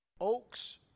Oaks